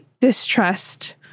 distrust